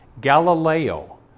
Galileo